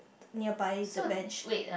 nearby the bench